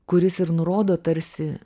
kuris ir nurodo tarsi